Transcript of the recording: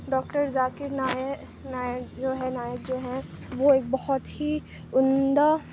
doctor Zakir Naik جو ہے نائک جو ہیں وہ ایک بہت ہی عمدہ